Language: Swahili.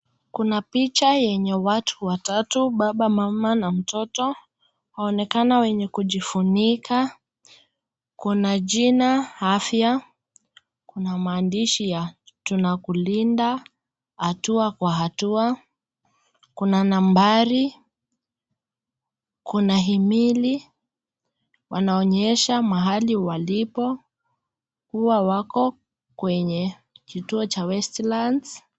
Kuna picha yenye watu watatu baba mama na mtoto, waonekana wenye kujifunika, kuna jina hafya, kuna maandishi ya tunakulinda hatua kwa hatua, kuna nambari, kuna himili wanaonyesha mahali walipo, huwa wako kwenye kituo cha westlands.